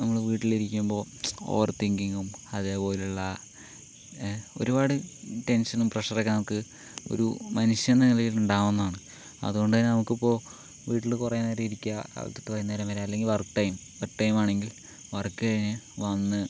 നമ്മള് വീട്ടിലിരിക്കുമ്പോൾ ഓവർ തിങ്കിങ്ങും അതേപോലുള്ള ഒരുപാട് ടെൻഷനും പ്രെഷറൊക്കെ നമുക്ക് ഒരു മനുഷ്യനെന്ന നിലയിൽ ഉണ്ടാവുന്നതാണ് അതുകൊണ്ട് തന്നെ നമുക്കിപിപിഒ വീട്ടില് കുറെ നേരം ഇരിക്കുക രാവിലെ തൊട്ട് വൈകുന്നേരം വരെ അല്ലെങ്കിൽ വർക്ക് ടൈം വർക്ക് ടൈം ആണെങ്കിൽ വർക്ക് കഴിഞ്ഞു വന്ന്